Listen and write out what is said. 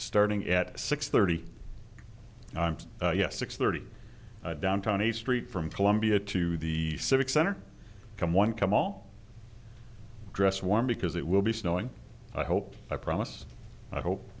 starting at six thirty yes six thirty down tony street from columbia to the civic center come one come all dress warm because it will be snowing i hope i promise i hope